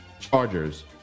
Chargers